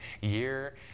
year